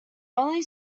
only